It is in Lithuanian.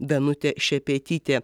danutė šepetytė